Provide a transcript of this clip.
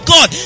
God